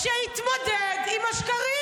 שיתמודד עם השקרים.